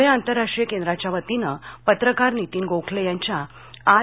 पूणे आंतरराष्ट्रीय केंद्रांच्या वतीनं पत्रकार नितीन गोखले यांच्या आर